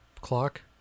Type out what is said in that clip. clock